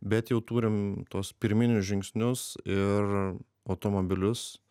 bet jau turim tuos pirminius žingsnius ir automobilius